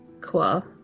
Cool